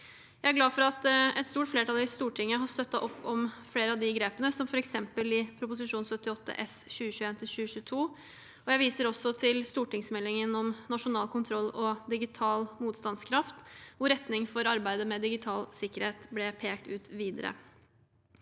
Jeg er glad for at et stort flertall i Stortinget har støttet opp om flere av de grepene, som f.eks. i Prop. 78 S for 2021–2022. Jeg viser også til stortingsmeldingen om nasjonal kontroll og digital motstandskraft, hvor retning for arbeidet med digital sikkerhet ble pekt ut videre.